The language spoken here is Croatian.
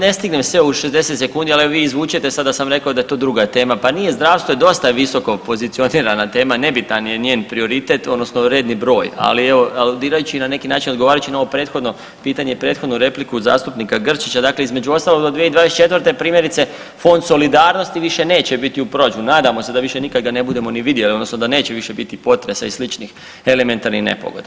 Pa, ne stignem sve u 60 sekundi ali evo vi izvučete sada sam rekao da je to druga tema, pa nije zdravstvo je dosta visoko pozicionirana tema, nebitan je njen prioritet odnosno redni broj, ali evo, ali dirajući na neki način, odgovarajući na ovo prethodno pitanje, prethodnu repliku od zastupnika Grčića dakle između ostalog do 2024. primjerice Fond solidarnosti više neće biti u proračunu, nadamo se da više nikada ne budemo ga ni vidjeli odnosno da više neće biti potresa i sličnih elementarnih nepogoda.